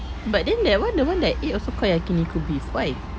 but then that one the one that I ate also called yakiniku beef why